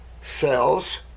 Cells